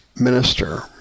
minister